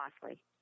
costly